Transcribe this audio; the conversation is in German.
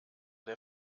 der